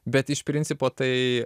bet iš principo tai